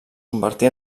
convertí